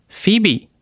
，Phoebe